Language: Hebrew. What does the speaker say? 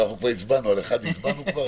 על אחד הצבענו כבר,